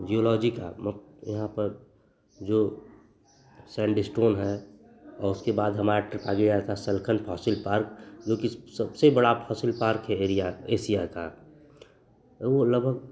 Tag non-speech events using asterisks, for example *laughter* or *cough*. geology का यहाँ पर जो सैण्ड स्टोन है वह उसके बाद हमारा ट्रिप गया था सलखन *unintelligible* पार्क जोकि सबसे बड़ा फॉसिल पार्क है एरिया एशिया का वह लगभग